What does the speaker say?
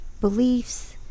beliefs